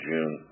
June